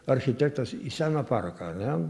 architektas į seną paraką ane